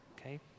okay